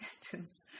sentence